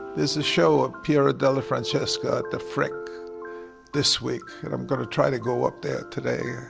there's a show of pura dela francesca at the frick this week, and i'm going to try to go up there today.